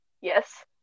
Yes